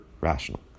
rational